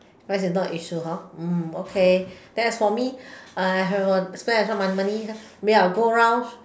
price is not a issue hor mm okay then as for me I have a spend as much my money maybe I will go around